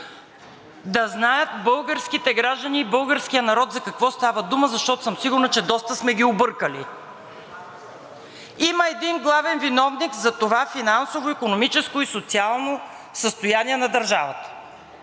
а знаят българските граждани и българският народ за какво става дума, защото съм сигурна, че доста сме ги объркали. Има един главен виновник за това финансово, икономическо и социално състояние на държавата,